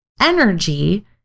energy